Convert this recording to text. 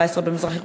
במזרח-ירושלים?